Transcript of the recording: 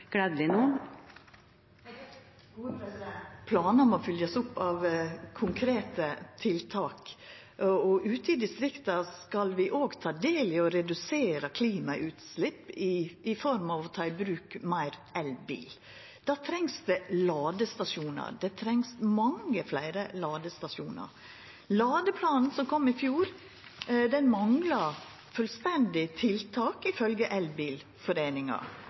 Planar må følgjast opp av konkrete tiltak. Ute i distrikta skal vi òg ta del i å redusera klimagassutslepp i form av å ta i bruk meir elbil. Då trengst det ladestasjonar – det trengst mange fleire ladestasjonar. Ladeplanen som kom i fjor, mangla fullstendig tiltak,